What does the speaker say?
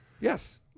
Yes